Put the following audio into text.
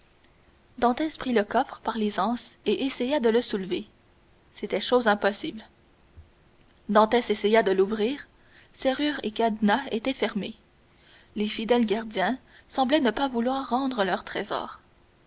dantès prit le coffre par les anses et essaya de le soulever c'était chose impossible dantès essaya de l'ouvrir serrure et cadenas étaient fermés les fidèles gardiens semblaient ne pas vouloir rendre leur trésor